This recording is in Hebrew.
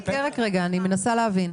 חכה רגע, אני מנסה להבין.